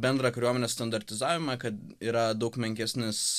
bendrą kariuomenės standartizavimą kad yra daug menkesnis